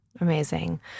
Amazing